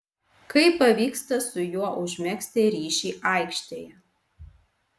kaip pavyksta su juo užmegzti ryšį aikštėje